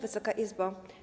Wysoka Izbo!